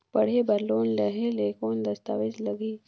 पढ़े बर लोन लहे ले कौन दस्तावेज लगही?